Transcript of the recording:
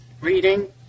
reading